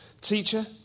Teacher